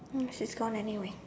this is gone anyway